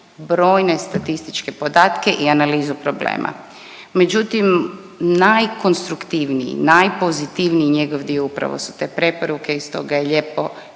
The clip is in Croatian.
brojne statističke podatke i analizu problema, međutim najkonstruktivniji, najpozitivniji njegov dio upravo su te preporuke i stoga je lijepo